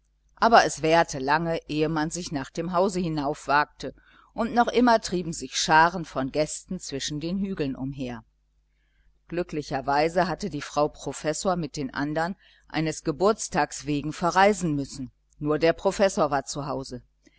aber es währte lange ehe man sich nach dem hause hinaufwagte und noch immer trieben sich scharen von gästen zwischen den hügeln umher glücklicherweise hatte die frau professor mit den andern eines geburtstags wegen verreisen müssen nur der professor war